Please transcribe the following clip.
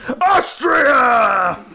Austria